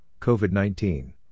COVID-19